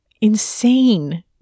insane